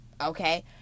Okay